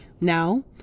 Now